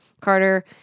Carter